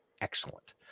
excellent